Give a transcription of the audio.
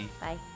Bye